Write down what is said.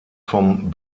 vom